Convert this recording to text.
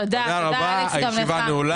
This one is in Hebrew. תודה אלכס, גם לך.